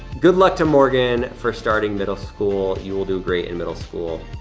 good luck to morgan for starting middle school, you will do great in middle school,